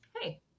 Hey